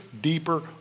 deeper